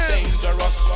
Dangerous